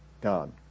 God